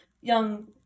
young